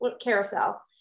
carousel